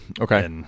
okay